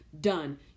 Done